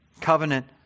Covenant